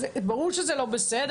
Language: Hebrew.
ברור שזה לא בסדר,